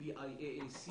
ה-PIAAC